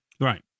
Right